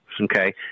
Okay